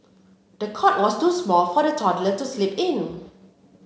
the cot was too small for the toddler to sleep in